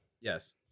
yes